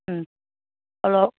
hello